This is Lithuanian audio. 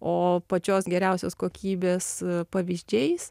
o pačios geriausios kokybės pavyzdžiais